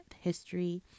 history